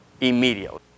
immediately